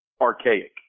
archaic